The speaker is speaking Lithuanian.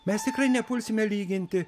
mes tikrai nepulsime lyginti